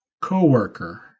co-worker